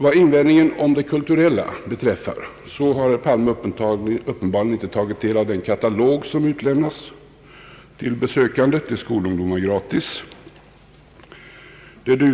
Vad invändningen mot det kulturella beträffar har statsrådet Palme uppenbarligen inte tagit del av den katalog som säljs till besökare och utdelas gratis till skolungdom.